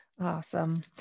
Awesome